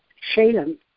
Shalem